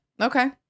Okay